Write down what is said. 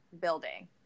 building